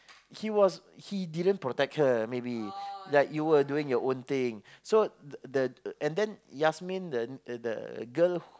he was he didn't protect her maybe like you were doing your own thing so the and then he ask me the the the girl